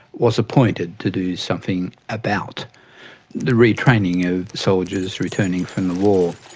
was appointed to do something about the retraining of soldiers returning from the war.